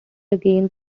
again